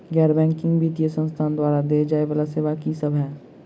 गैर बैंकिंग वित्तीय संस्थान द्वारा देय जाए वला सेवा की सब है?